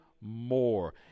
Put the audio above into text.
more